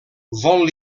vol